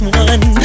one